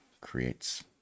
creates